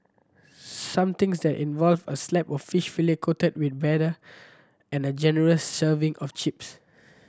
something that involve a slab of fish fillet coated with batter and a generous serving of chips